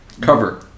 cover